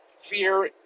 fear